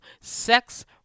Sex